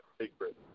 secret